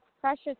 precious